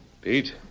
Pete